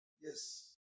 yes